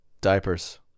Diapers